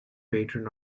patron